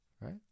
Right